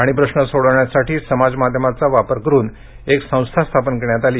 पाणी प्रश्न सोडविण्यासाठी समाज माध्यमाचा वापर करून एक संस्था स्थापन करण्यात आली